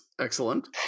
Excellent